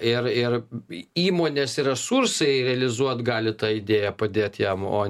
ir ir įmonės resursai realizuot gali tą idėją padėt jam o